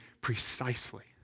precisely